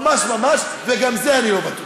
ממש ממש, וגם זה אני לא בטוח.